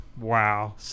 Wow